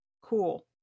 Cool